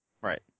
Right